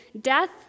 death